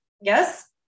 Yes